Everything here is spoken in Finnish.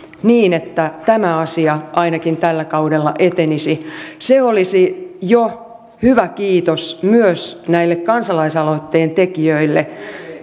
niin että tämä asia ainakin tällä kaudella etenisi se olisi jo hyvä kiitos myös näille kansalaisaloitteen tekijöille